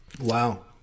wow